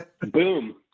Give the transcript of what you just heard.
Boom